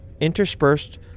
interspersed